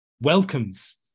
welcomes